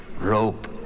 rope